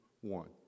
one